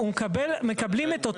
בדיוק.